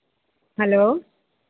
hello